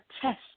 test